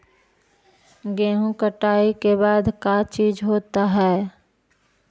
गेहूं कटाई के बाद का चीज होता है?